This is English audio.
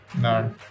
No